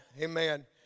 amen